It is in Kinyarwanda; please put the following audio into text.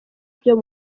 byo